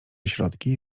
środki